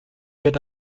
wird